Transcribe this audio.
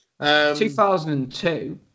2002